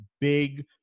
big